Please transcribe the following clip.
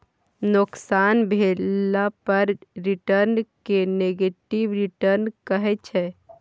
नोकसान भेला पर रिटर्न केँ नेगेटिव रिटर्न कहै छै